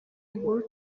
inkuru